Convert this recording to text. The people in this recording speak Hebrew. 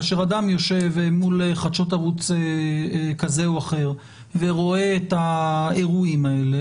כאשר אדם יושב מול חדשות ערוץ כזה או אחר ורואה את האירועים האלה,